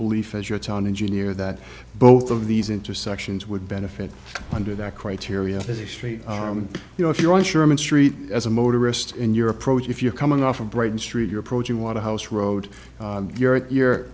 belief as your town engineer that both of these intersections would benefit under that criteria as a street you know if you're on sherman street as a motorist in your approach if you're coming off of brighton street your approach you want a house road you're at you're